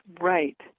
Right